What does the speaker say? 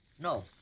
No